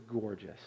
gorgeous